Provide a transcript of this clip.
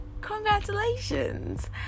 Congratulations